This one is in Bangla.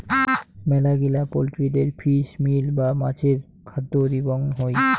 মেলাগিলা পোল্ট্রিদের ফিশ মিল বা মাছের খাদ্য দিবং হই